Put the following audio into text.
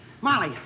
Molly